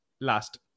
Last